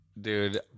Dude